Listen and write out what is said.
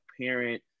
parent